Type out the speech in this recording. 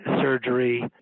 surgery